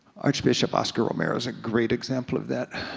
arch bishop oscar romero's a great example of that.